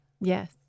Yes